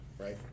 right